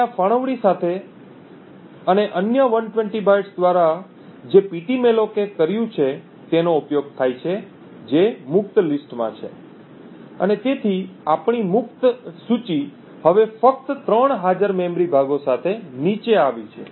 હવે આ ફાળવણી સાથે અને અન્ય 120 બાઇટ્સ દ્વારા જે પીટીમેલોક એ કર્યું છે તેનો ઉપયોગ થાય છે જે મુક્ત લિસ્ટમાં છે અને તેથી આપણી મુક્ત સૂચિ હવે ફક્ત ત્રણ હાજર મેમરી ભાગો સાથે નીચે આવી છે